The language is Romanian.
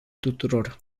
tuturor